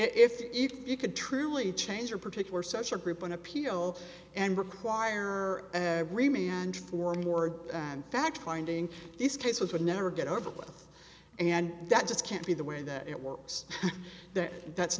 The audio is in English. if you could truly change your particular such a group on appeal and require remey and for more fact finding these cases would never get over with and that just can't be the way that it works that that's